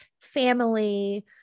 family